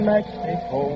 Mexico